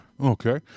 Okay